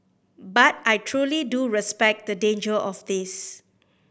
but I truly do respect the danger of this